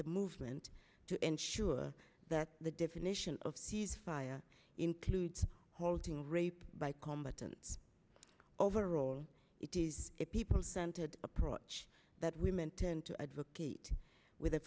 the movement to ensure that the definition of ceasefire includes halting rape by combat and overall it is a people centered approach that women tend to advocate with a